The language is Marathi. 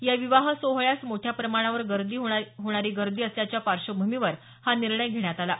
या विवाह सोहळ्यास मोठ्या प्रमाणावर गर्दी होत असल्याच्या पार्श्वभूमीवर हा निर्णय घेण्यात आला आहे